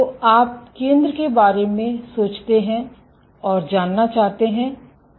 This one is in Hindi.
तो आप केंद्र के बारे में सोचते हैं और जानना चाहते है